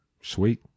Sweet